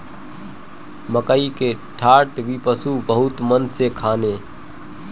मकई के डाठ भी पशु बहुते मन से खाने